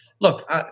look